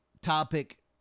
topic